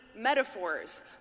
metaphors